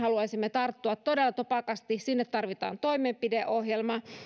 haluaisimme tarttua todella topakasti sinne tarvitaan toimenpideohjelma